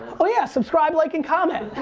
oh yeah! subscribe, like and comment.